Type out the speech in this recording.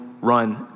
run